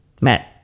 Matt